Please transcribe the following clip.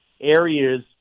areas